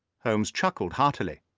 holmes chuckled heartily.